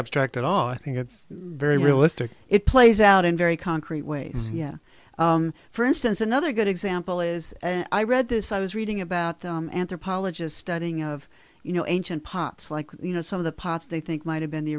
abstract at all i think it's very realistic it plays out in very concrete ways yeah for instance another good example is i read this i was reading about them anthropologists studying of you know ancient pots like you know some of the pots they think might have been the